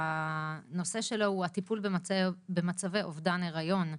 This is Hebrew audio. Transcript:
שהנושא שלו הוא טיפול במצבי אובדן היריון.